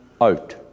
out